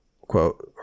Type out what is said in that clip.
quote